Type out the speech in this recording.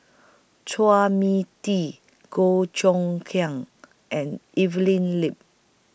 Chua Mia Tee Goh Choon Kang and Evelyn Lip